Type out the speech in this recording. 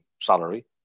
salary